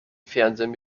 fernseher